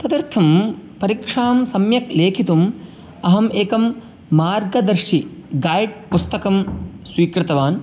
तदर्थं परीक्षां सम्यक् लेखितुम् अहम् एकं मार्गदर्शी गैड् पुस्तकं स्वीकृतवान्